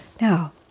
Now